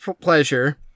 Pleasure